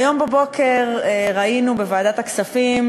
היום בבוקר ראינו בוועדת הכספים,